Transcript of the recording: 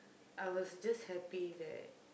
I was just happy that